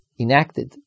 enacted